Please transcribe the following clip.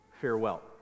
Farewell